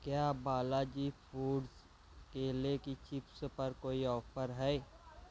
کیا بالاجی فوڈز کیلے کے چپس پر کوئی آفر ہے